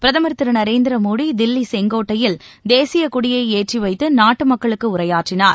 பிரதமர் திரு நரேந்திர மோடி தில்லி செங்கோட்டையில் தேசிய கொடியை ஏற்றிவைத்து நாட்டு மக்களுக்கு உரையாற்றினார்